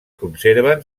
conserven